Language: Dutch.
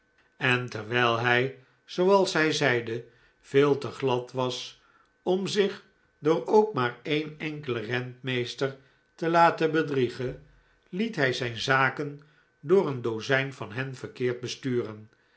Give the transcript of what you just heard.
en terwijl hij zooals hij zeide veel te glad was om zich door ook maar een enkelen rentmeester te laten bedriegen liet hij zijn zaken door een dozijn van hen verkeerd besturen